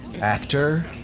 Actor